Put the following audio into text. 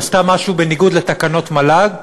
עשתה משהו בניגוד לתקנות מל"ג,